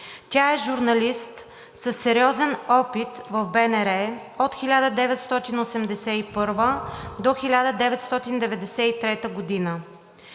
Тя е журналист със сериозен опит в БНР от 1981-а до 1993 г.